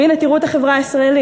והנה, תראו את החברה הישראלית.